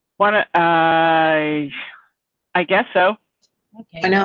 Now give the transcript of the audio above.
why don't i i guess so i know.